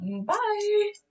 Bye